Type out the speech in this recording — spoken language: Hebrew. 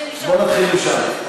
אני רוצה תיעוד של הדברים שלך.